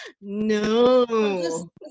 No